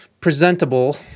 presentable